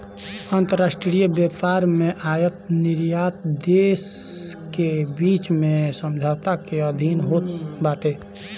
अंतरराष्ट्रीय व्यापार में आयत निर्यात देस के बीच में समझौता के अधीन होत बाटे